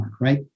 right